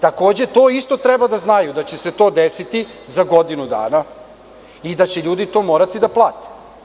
Takođe to treba da znaju da će se to desiti za godinu dana i da će ljudi to morati da plate.